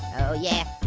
oh, yeah,